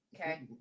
okay